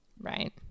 Right